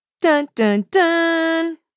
Dun-dun-dun